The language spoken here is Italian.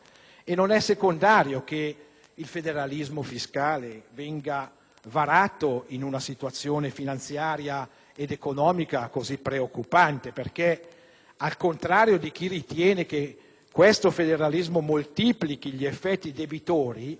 Non è secondario che il federalismo fiscale venga varato in una situazione finanziaria ed economica così preoccupante. Al contrario di chi ritiene che questo federalismo moltiplichi gli effetti debitori,